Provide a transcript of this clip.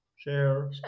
share